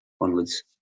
onwards